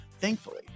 thankfully